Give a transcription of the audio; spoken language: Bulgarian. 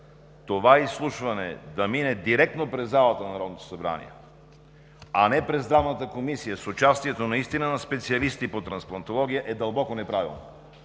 това изслушване да мине директно през залата на Народното събрание, а не през Здравната комисия с участието на специалисти по трансплантология е дълбоко неправилно.